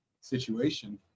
situation